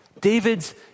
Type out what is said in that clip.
David's